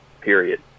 period